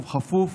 ובכפוף